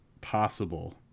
possible